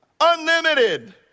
Unlimited